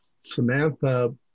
Samantha